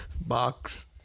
box